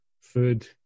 food